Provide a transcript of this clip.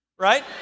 right